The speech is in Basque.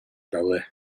daude